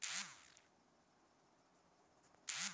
पहाड़ी इलाका मे बरखा ढेर होला